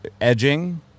edging